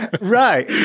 Right